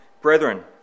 Brethren